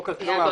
או כרטיס מעבר.